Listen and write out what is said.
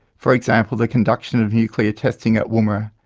for example the conduction of nuclear testing at woomera,